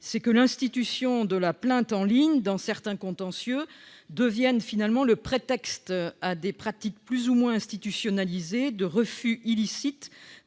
que l'institution de la plainte en ligne dans certains contentieux ne devienne le prétexte à des pratiques plus ou moins institutionnalisées de refus illicite